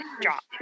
drop